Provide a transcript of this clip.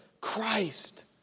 Christ